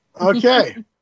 Okay